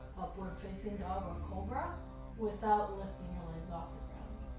upward-facing dog or cobra without lifting your hands off the ground.